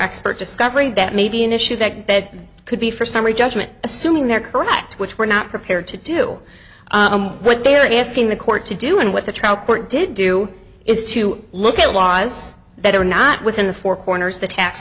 expert discovery that may be an issue that could be for summary judgment assuming they're correct which we're not prepared to do what they are asking the court to do and what the trial court did do is to look at laws that are not within the four corners of the tax